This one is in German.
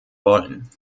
wollen